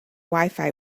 wifi